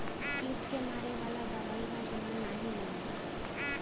कीट के मारे वाला दवाई हर जगह नाही मिलला